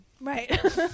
Right